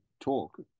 talk